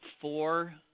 four